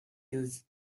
used